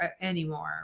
anymore